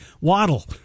Waddle